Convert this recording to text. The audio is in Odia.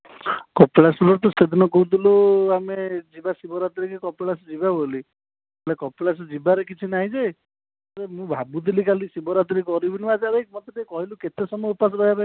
କପିଳାସ ତୁ ସେଦିନ କହୁଥିଲୁ ଆମେ ଯିବା ଶିବରାତ୍ରୀକି କପିଳାସ ଯିବା ବୋଲି ହେଲେ କପିଳାସ ଯିବାରେ କିଛି ନାହିଁ ଯେ ମୁଁ ଭାବୁଥିଲି କାଲି ଶିବରାତ୍ରି କରିବିନି ଆଚ୍ଛା ଭାଇ ମୋତେ ଟିକିଏ କହିଲୁ କେତେ ସମୟ ଉପାସ ରହିବା ପାଇଁ ପଡ଼ିବ